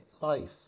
life